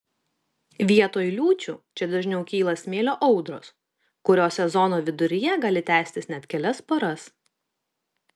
vietoj liūčių čia dažniau kyla smėlio audros kurios sezono viduryje gali tęstis net kelias paras